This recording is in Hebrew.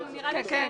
גם נראה לי שאני,